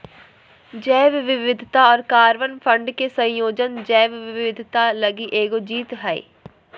जैव विविधता और कार्बन फंड के संयोजन जैव विविधता लगी एगो जीत हइ